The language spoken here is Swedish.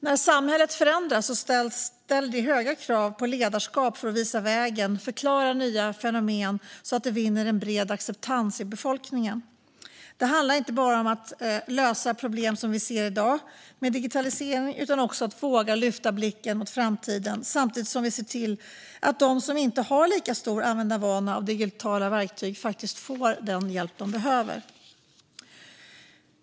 När samhället förändras ställer det höga krav på ledarskap för att visa vägen och förklara nya fenomen så att det vinner en bred acceptans hos befolkningen. Det handlar inte bara om att lösa problem som vi ser i dag med digitaliseringen utan om att våga lyfta blicken mot framtiden samtidigt som vi ser till att de som inte har lika stor användarvana av digitala verktyg faktiskt får den hjälp de behöver.